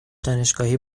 دانشگاهی